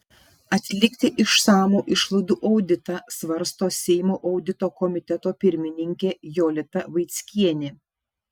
atlikti išsamų išlaidų auditą svarsto seimo audito komiteto pirmininkė jolita vaickienė